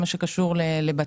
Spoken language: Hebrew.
הסיפור של בית חולים בנצרת,